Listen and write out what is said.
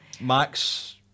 Max